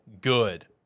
good